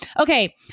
Okay